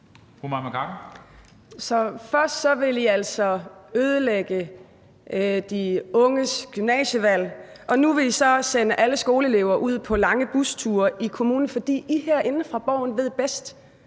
først vil I altså ødelægge det i forhold til de unges gymnasievalg, og nu vil I så sende alle skoleelever ud på lange busture i kommunen, fordi I i Socialdemokratiet ved bedst.